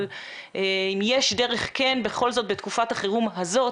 אבל האם בכל זאת יש דרך בתקופת החירום הזאת